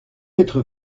être